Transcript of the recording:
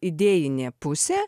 idėjinė pusė